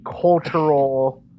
cultural